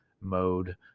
mode